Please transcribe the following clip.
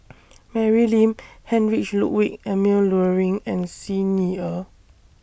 Mary Lim Heinrich Ludwig Emil Luering and Xi Ni Er